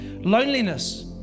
Loneliness